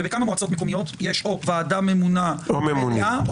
ובכמה מועצות מקומיות יש או ועדה ממונה או ממונה.